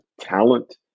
talent